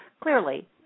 clearly